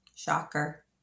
Shocker